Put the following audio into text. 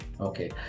Okay